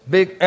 Big